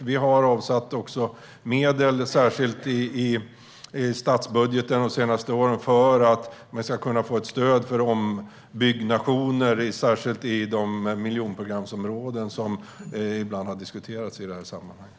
Vi har avsatt särskilda medel i statsbudgeten de senaste åren för att man ska kunna få ett stöd för ombyggnationer särskilt i de miljonprogramsområden som ibland har diskuterats i det här sammanhanget.